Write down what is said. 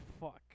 Fuck